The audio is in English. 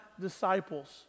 disciples